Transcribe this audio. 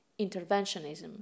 interventionism